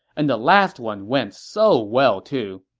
and the last one went so well, too